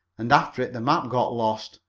and after it the map got lost.